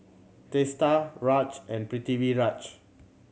Teesta Raj and Pritiviraj